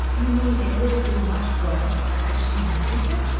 you mean, it would have been much worse if i'd actually married him?